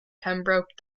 pembroke